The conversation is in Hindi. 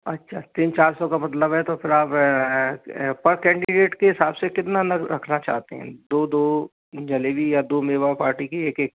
अच्छा तीन चार सौ का मतलब है तो फिर आप पर कैंडीडेट के हिसाब से कितना नग रखना चाहते हैं दो दो जलेबी या दो मेवा बाटी कि एक एक